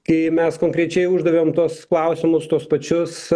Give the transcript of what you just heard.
kai mes konkrečiai uždavėm tuos klausimus tuos pačius